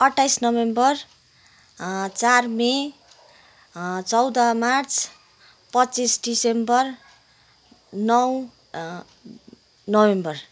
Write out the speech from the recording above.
अठ्ठाइस नोभेम्बर चार मई चौध मार्च पच्चिस दिसम्बर नौ नोभेम्बर